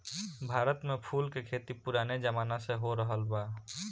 भारत में फूल के खेती पुराने जमाना से होरहल बा